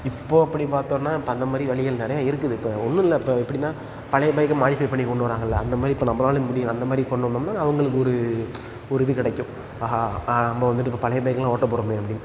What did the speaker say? இப்போது அப்படி பார்த்தோம்னா இப்போ அந்த மாதிரி வழிகள் நிறையா இருக்குது இப்போ ஒன்றும் இல்லை இப்போ எப்படின்னா பழைய பைக்கை மாடிஃபை பண்ணிக் கொண்டு வர்றாங்கள்லை அந்த மாதிரி இப்போ நம்பளாலையும் முடியும் அந்த மாதிரி கொண்டு வந்தோம்னா அங்களுக்கு ஒரு ஒரு இது கிடைக்கும் ஆஹா நம்ப வந்துட்டு இப்போ பழைய பைக்கெல்லாம் ஓட்ட போகிறோமே அப்படின்னு